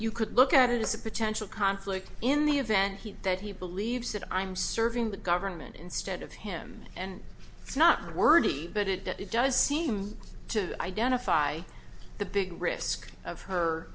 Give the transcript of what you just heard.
you could look at it as a potential conflict in the event he that he believes that i'm serving the government instead of him and it's not worthy but it does seem to identify the big risk of